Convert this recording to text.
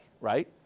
Right